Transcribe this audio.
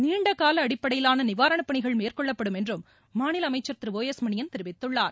நீண்டகால அடிப்படையிலான நிவாரணப்பணிகள் மேற்கொள்ளப்படும் என்றும் மாநில அமைச்சர் திரு ஒ எஸ் மணியன் தெரிவித்துள்ளார்